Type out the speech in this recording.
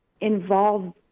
involve